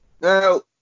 Now